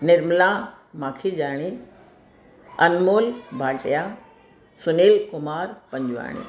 Nirmala Makhijani Anmol Bhatia Sunil Kumar Panjwani